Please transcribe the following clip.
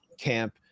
camp